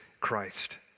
Christ